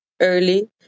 early